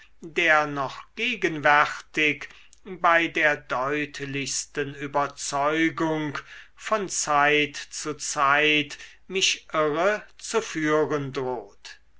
der noch gegenwärtig bei der deutlichsten überzeugung von zeit zu zeit mich irre zu führen droht